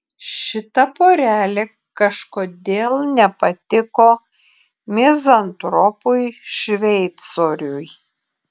šita porelė kažkodėl nepatiko mizantropui šveicoriui